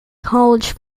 college